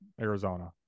Arizona